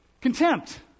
Contempt